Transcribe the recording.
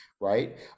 right